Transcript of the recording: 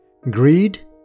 greed